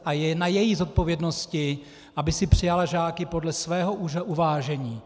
A je na její zodpovědnosti, aby si přijala žáky podle svého uvážení.